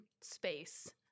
space